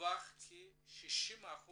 כי 60%